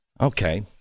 Okay